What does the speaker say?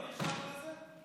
נרשמנו לזה?